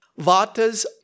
vatas